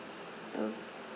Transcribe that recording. oh okay